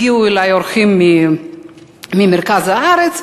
הגיעו אלי אורחים ממרכז הארץ,